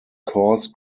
course